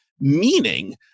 meaning